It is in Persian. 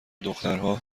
دخترها